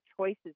choices